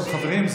שלושה חודשים.